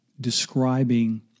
describing